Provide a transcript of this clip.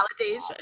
validation